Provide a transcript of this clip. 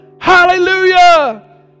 Hallelujah